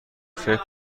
فکر